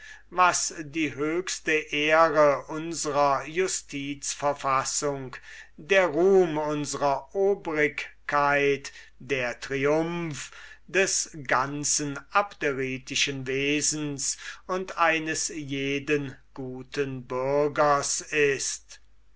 was die höchste ehre unsrer justizverfassung der ruhm unsrer obrigkeit der triumph des ganzen abderitischen wesens und eines jeden guten bürgers ist